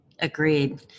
Agreed